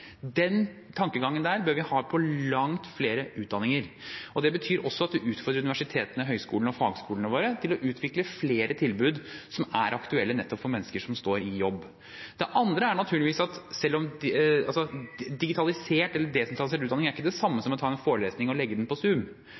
Den tankegangen bør vi ha for langt flere utdanninger. Det betyr også at vi utfordrer universitetene, høyskolene og fagskolene våre til å utvikle flere tilbud som er aktuelle nettopp for mennesker som står i jobb. For det andre er ikke digitalisert eller desentralisert utdanning det samme som å ta en forelesning og legge den ut på